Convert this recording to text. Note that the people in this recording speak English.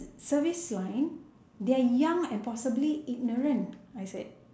service line they are young and possibly ignorant I said